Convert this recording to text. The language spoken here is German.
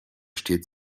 stets